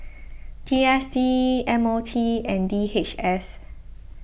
G S T M O T and D H S